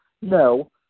No